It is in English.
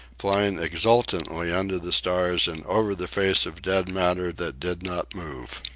flying exultantly under the stars and over the face of dead matter that did not move.